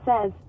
says